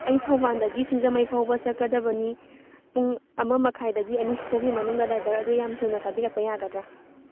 ꯑꯩ ꯊꯧꯕꯥꯜꯗꯒꯤ ꯁꯤꯡꯖꯃꯩꯐꯥꯎꯕ ꯆꯀꯗꯕꯅꯤ ꯄꯨꯡ ꯑꯃ ꯃꯈꯥꯏꯗꯒꯤ ꯑꯅꯤꯁꯤꯐꯥꯎꯕꯒꯤ ꯃꯅꯨꯡꯗ ꯗꯥꯏꯕꯔ ꯑꯗꯨ ꯌꯥꯝ ꯊꯨꯅ ꯊꯥꯕꯤꯔꯛꯄ ꯌꯥꯒꯗ꯭ꯔꯥ